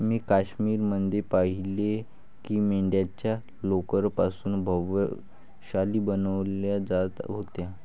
मी काश्मीर मध्ये पाहिलं की मेंढ्यांच्या लोकर पासून भव्य शाली बनवल्या जात होत्या